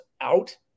out